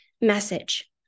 message